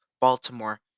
Baltimore